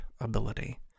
ability